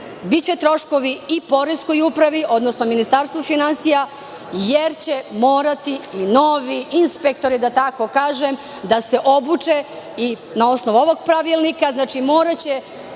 biće troškovi i poreskoj upravi, odnosno Ministarstvu finansija, jer će morati i novi inspektori, da tako kažem, da se obuče i da na osnovu ovog pravilnika, moraće